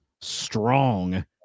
strong